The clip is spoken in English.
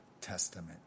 Testament